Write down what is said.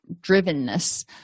drivenness